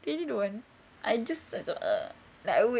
I really don't want I just macam uh like I would